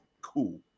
Cool